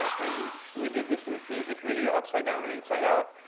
and we did this music video, upside down and inside out.